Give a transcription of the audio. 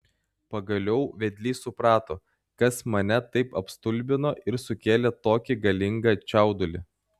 pagaliau vedlys suprato kas mane taip apstulbino ir sukėlė tokį galingą čiaudulį